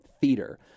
theater